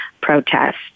protest